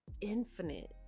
infinite